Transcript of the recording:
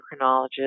endocrinologist